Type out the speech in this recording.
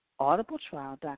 audibletrial.com